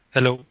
Hello